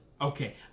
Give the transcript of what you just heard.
Okay